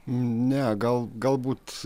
ne gal galbūt